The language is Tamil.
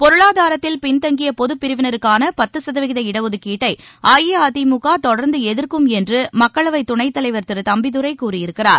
பொருளாதாரத்தில் பின்தங்கிய பொதுப் பிரிவினருக்கான பத்து சதவீத இடஒதுக்கீட்டை அஇஅதிமுக தொடர்ந்து எதிர்க்கும் என்று மக்களவை துணைத் தலைவர் திரு தம்பிதுரை கூறியிருக்கிறார்